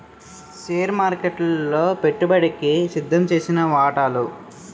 share మార్కెట్లలో పెట్టుబడికి సిద్దంచేసిన వాటాలు